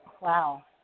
Wow